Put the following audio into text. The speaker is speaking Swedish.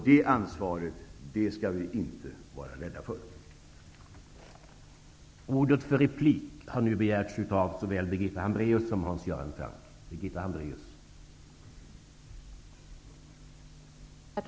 Vi skall inte vara rädda för det ansvaret.